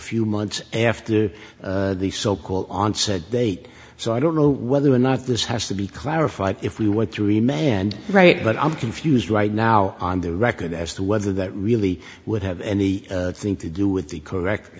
few months after the so called onset date so i don't know whether or not this has to be clarified if we want to remain and right but i'm confused right now on the record as to whether that really would have any thing to do with the correct